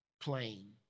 plain